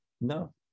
No